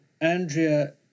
Andrea